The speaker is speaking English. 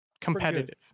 competitive